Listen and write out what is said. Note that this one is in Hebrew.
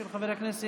של חבר הכנסת